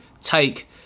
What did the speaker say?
take